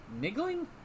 Niggling